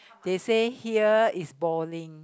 they say here is balding